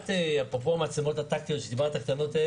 את דיברת על המצלמות הטקטיות הקטנות.